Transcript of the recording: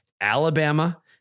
Alabama